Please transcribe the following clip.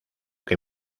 que